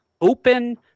open